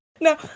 No